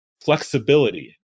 Flexibility